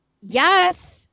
Yes